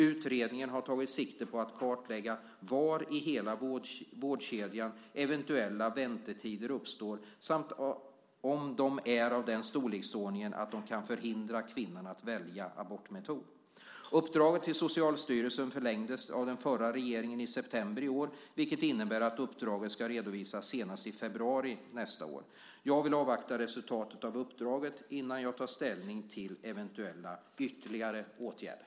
Utredningen har tagit sikte på att kartlägga var i hela vårdkedjan eventuella väntetider uppstår samt om de är av den storleksordningen att de kan förhindra kvinnan att välja abortmetod. Uppdraget till Socialstyrelsen förlängdes av den förra regeringen i september i år, vilket innebär att uppdraget ska redovisas senast i februari nästa år. Jag vill avvakta resultatet av uppdraget innan jag tar ställning till eventuella ytterligare åtgärder.